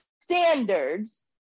standards